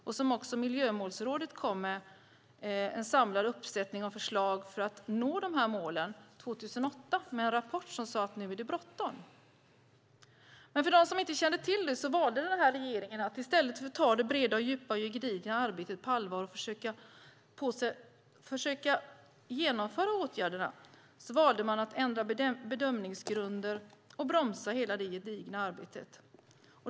Miljömålsrådet kom 2008 med en samlad uppsättning av förslag för att nå de här målen i en rapport som sade att nu är det bråttom. Men för dem som inte känner till det kan jag säga att i stället för att ta det breda, djupa och gedigna arbetet på allvar och försöka genomföra åtgärderna valde regeringen att ändra bedömningsgrunder och bromsa hela det gedigna arbetet.